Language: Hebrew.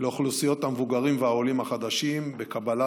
לאוכלוסיות המבוגרים והעולים החדשים בקבלת